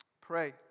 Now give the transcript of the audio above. Pray